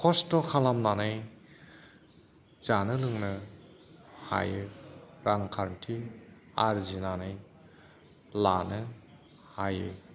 खस्थ' खालामनानै जानो लोंनो हायो रांखान्थि आर्जिनानै लानो हायो